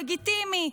לגיטימי,